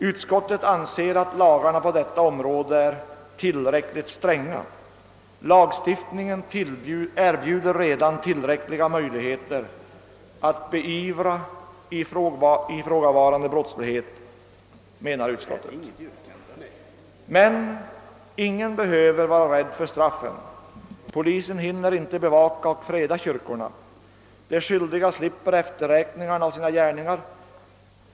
Utskottet anser att lagarna på detta område är tillräckligt stränga — lagstiftningen erbjuder redan tillräckliga möjligheter att beivra ifrågavarande brottslighet, menar utskottet. Men ingen behöver vara rädd för straffen; polisen hinner inte bevaka och freda kyrkorna. De skyldiga slipper efterräkningar för sina gärningar.